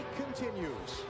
continues